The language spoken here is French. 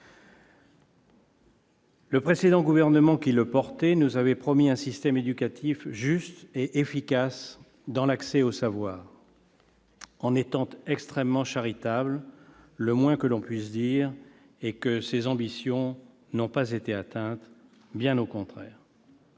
Le précédent gouvernement, à l'origine de ce texte, nous avait promis un système éducatif juste et efficace dans l'accès au savoir. En étant extrêmement charitable, le moins que l'on puisse dire est que ces ambitions n'ont pas été atteintes, bien au contraire